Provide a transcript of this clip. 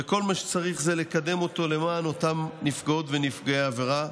וכל מה שצריך זה לקדם אותו למען אותם נפגעות ונפגעי עבירה.